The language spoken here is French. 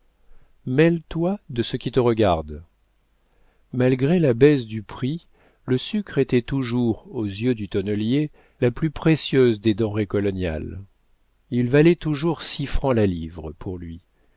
poche mêle toi de ce qui te regarde malgré la baisse du prix le sucre était toujours aux yeux du tonnelier la plus précieuse des denrées coloniales il valait toujours six francs la livre pour lui